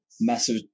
massive